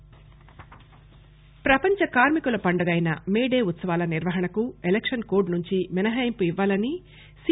మే Day ప్రపంచ కార్శి కల పండుగ అయిన మే డే ఉత్సవాల నిర్వహణకు ఎలక్షన్ కోడ్ నుండి మినహాయింపు ఇవ్వాలని సి